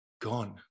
gone